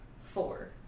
Four